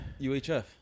UHF